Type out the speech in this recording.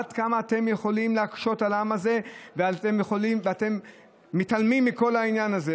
עד כמה אתם יכולים להקשות על העם הזה ואתם מתעלמים מכל העניין הזה?